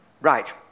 Right